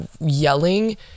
yelling